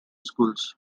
schools